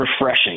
refreshing